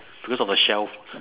because of the shell